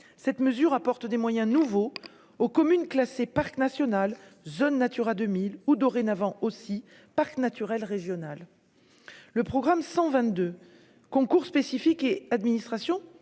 cette mesure apportent des moyens nouveaux aux communes classé parc national zone Natura 2000 où dorénavant aussi parc naturel régional le programme 122 Concours spécifiques et administration